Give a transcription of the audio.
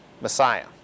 Messiah